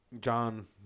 John